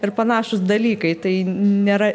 ir panašūs dalykai tai nėra